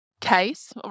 case